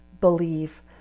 believe